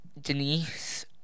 Denise